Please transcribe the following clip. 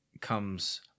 comes